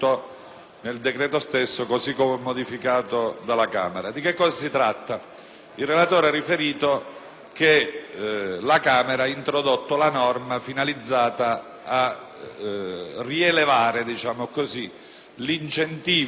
Il relatore ha riferito che la Camera ha introdotto la norma finalizzata a rielevare l'incentivo